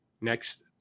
next